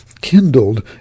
kindled